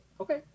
Okay